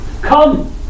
come